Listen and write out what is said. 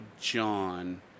John